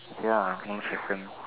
okay lah one more question